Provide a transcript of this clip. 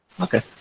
Okay